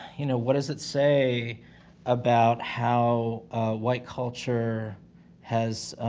you know, what does it say about how white culture has,